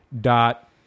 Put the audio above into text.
dot